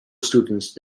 students